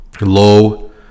low